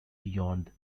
beyond